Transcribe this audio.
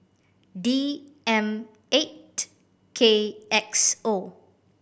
D M eight K X O